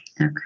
Okay